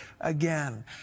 again